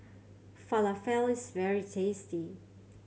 falafel is very tasty